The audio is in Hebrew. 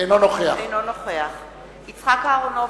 אינו נוכח יצחק אהרונוביץ,